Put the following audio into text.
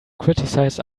criticize